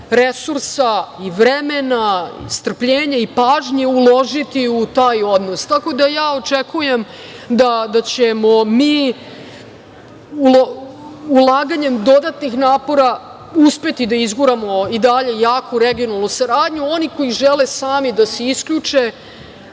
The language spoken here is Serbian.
resursa i vremena, strpljenja i pažnje uložiti u taj odnos. Tako da ja očekujem da ćemo mi ulaganjem dodatnih napora uspeti da izguramo i dalje jaku regionalnu saradnju. Oni koji žele sami da se isključe,